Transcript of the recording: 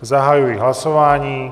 Zahajuji hlasování.